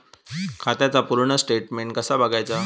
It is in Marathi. खात्याचा पूर्ण स्टेटमेट कसा बगायचा?